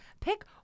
pick